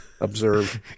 observe